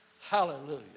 Hallelujah